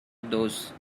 those